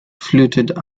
fluted